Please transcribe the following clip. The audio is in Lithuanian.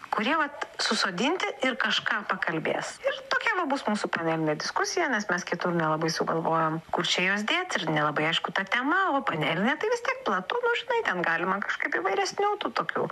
kurie vat susodinti ir kažką pakalbės ir tokia va bus mūsų panelinė diskusija nes kitur nelabai sugalvojom kur čia juos dėt ir nelabai aišku ta tema o panelinė tai vis tiek platu nu žinai ten galima kažkaip įvairesnių tokių